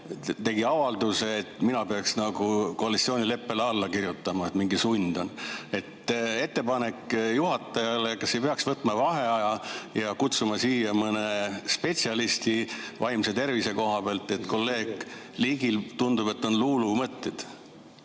tegi avalduse, et mina peaksin nagu koalitsioonileppele alla kirjutama, et mingi sund on. Ettepanek juhatajale: kas ei peaks võtma vaheaja ja kutsuma siia mõne vaimse tervise spetsialisti? Kolleeg Ligil tunduvad olevat luulumõtted.